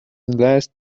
last